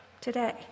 today